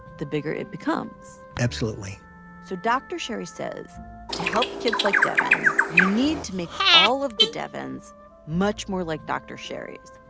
the bigger it becomes absolutely so dr. sherry says to help kids like devyn, we need to make all of the devyns much more like dr. sherrys.